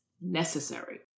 necessary